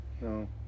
No